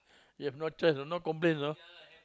you have no choice no no complain you know